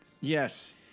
Yes